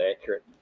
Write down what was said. accurate